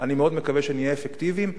אני מאוד מקווה שנהיה אפקטיביים.